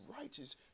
righteous